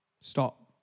stop